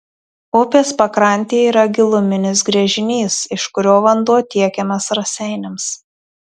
upės pakrantėje yra giluminis gręžinys iš kurio vanduo tiekiamas raseiniams